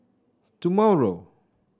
tomorrow